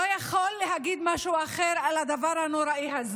לא יכול להגיד משהו אחר על הדבר הנורא הזה.